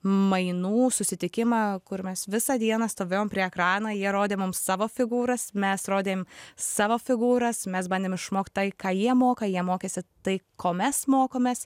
mainų susitikimą kur mes visą dieną stovėjom prie ekrano jie rodė mums savo figūras mes rodėm savo figūras mes bandėm išmokt tai ką jie moka jie mokėsi tai ko mes mokomės